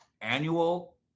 annual